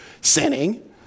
sinning